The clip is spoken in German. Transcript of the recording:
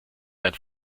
sein